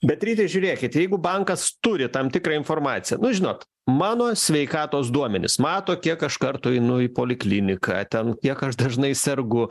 bet ryti žiūrėkit jeigu bankas turi tam tikrą informaciją nu žinot mano sveikatos duomenis mato kiek aš kartų einu į polikliniką ten kiek aš dažnai sergu